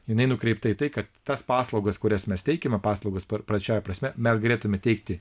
jinai nukreipta į tai kad tas paslaugas kurias mes teikiame paslaugas per plačiąja prasme mes galėtume teikti